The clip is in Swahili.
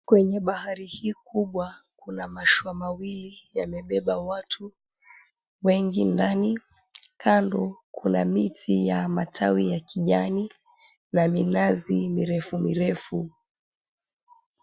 Kwenye bahari hii kubwa kuna mashua mawili yamebeba watu wengi ndani. Kando kuna miti ya matawi ya kijani na minazi mirefu mirefu.